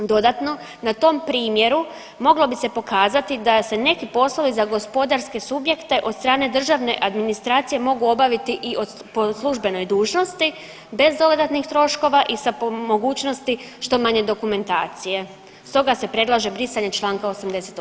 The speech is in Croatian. Dodatno, na tom primjeru moglo bi se pokazati da se neki poslovi za gospodarske subjekte od strane državne administracije mogu obaviti po službenoj dužnosti bez dodatnih troškova i sa po mogućnosti što manje dokumentacije stoga se predlaže brisanje Članka 88.